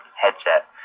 headset